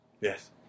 Yes